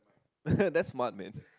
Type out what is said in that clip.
that's smart man